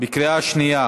בקריאה שנייה